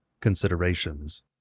considerations